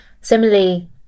Similarly